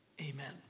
amen